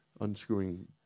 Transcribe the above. unscrewing